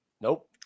Nope